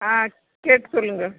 ஆ கேட்டு சொல்லுங்கள்